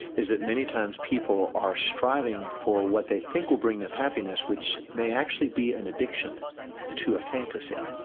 is that many times, people are striving for what they think will bring them happiness, which may actually be an addiction to a fantasy.